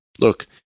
Look